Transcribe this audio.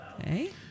Okay